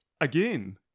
Again